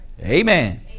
Amen